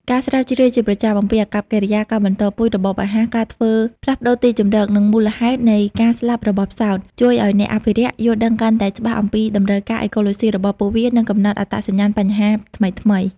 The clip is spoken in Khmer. ការស្រាវជ្រាវជាប្រចាំអំពីអាកប្បកិរិយា ការបន្តពូជ របបអាហារ ការធ្វើផ្លាស់ប្តូរទីជម្រក និងមូលហេតុនៃការស្លាប់របស់ផ្សោត ជួយឱ្យអ្នកអភិរក្សយល់ដឹងកាន់តែច្បាស់អំពីតម្រូវការអេកូឡូស៊ីរបស់ពួកវា និងកំណត់អត្តសញ្ញាណបញ្ហាថ្មីៗ។